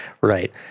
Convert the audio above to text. Right